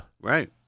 Right